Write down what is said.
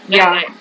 ya